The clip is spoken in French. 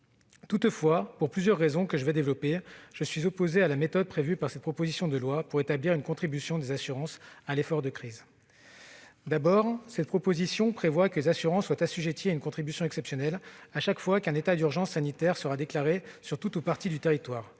Toutefois, pour plusieurs raisons que je vais développer, je suis opposé à la méthode qu'ils proposent pour établir une contribution des assurances à l'effort de crise. D'abord, ils suggèrent que les assurances soient assujetties à une contribution exceptionnelle chaque fois qu'un état d'urgence sanitaire sera déclaré sur tout ou partie du territoire,